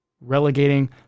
Relegating